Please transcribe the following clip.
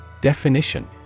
definition